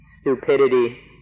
stupidity